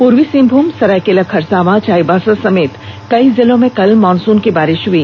पूर्वी सिंहभूम सरायकेला खरसावां चाईबासा समेत कई जिलो में कल मॉनसून की बारिष हुई